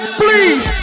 please